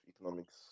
economics